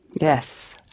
Yes